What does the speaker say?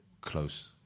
close